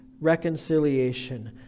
reconciliation